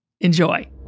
Enjoy